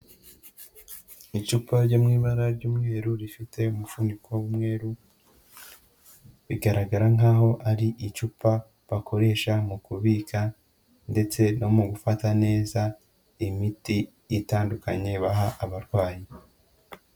Icupa ryo mu ibara ry'umweru rifite umufuniko w'umweru, bigaragara nkaho ari icupa bakoresha mu kubika ndetse no mu gufata neza imiti itandukanye baha abarwayi.